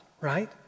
right